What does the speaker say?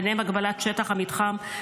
ביניהם הגבלת שטח המתחם,